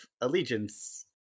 allegiance